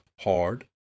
hard